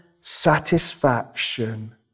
satisfaction